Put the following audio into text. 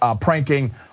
pranking